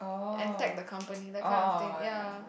and tag the company that kind of thing ya